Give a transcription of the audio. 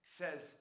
says